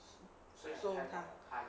so 他